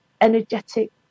energetic